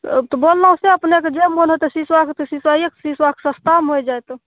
तऽ बोललौ से अपनेके जे मोन हेतै सिसोके तऽ सिसोयेके सिसोके सस्तामे होइ जायत